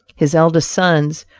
his eldest sons,